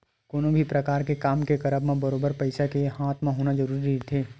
कोनो भी परकार के काम के करब म बरोबर पइसा के हाथ म होना जरुरी रहिथे